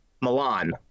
Milan